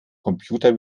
computer